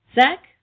Zach